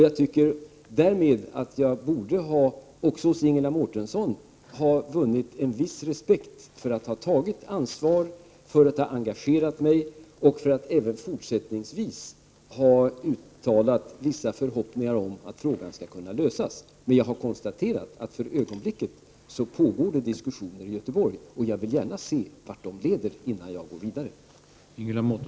Jag borde ha vunnit en viss respekt också hos Ingela Mårtensson för att jag tagit ansvar och engagerat mig och för att jag även har uttalat vissa förhoppningar om att frågan skall kunna lösas. Men jag konstaterar att det för ögonblicket pågår diskussioner i Göteborg, och jag vill gärna se vart de leder, innan jag går vidare.